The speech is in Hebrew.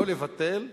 לא לבטל,